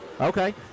Okay